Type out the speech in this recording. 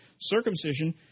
circumcision